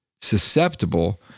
susceptible